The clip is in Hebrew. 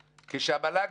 המל"ג.